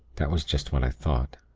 that was just what i thought.